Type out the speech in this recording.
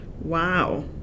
Wow